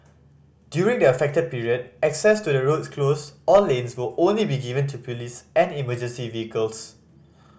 during the affected period access to the roads closed or lanes will only be given to police and emergency vehicles